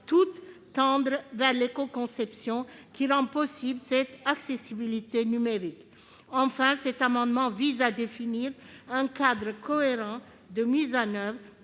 toutes tendre vers l'écoconception, qui rend possible l'accessibilité numérique. Enfin, cet amendement vise à définir un cadre cohérent de mise en oeuvre,